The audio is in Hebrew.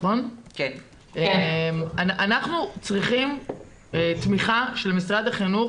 אנחנו צריכים תמיכה של משרד החינוך